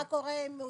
מה קורה אם הוא